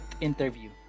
interview